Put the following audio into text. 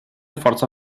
forza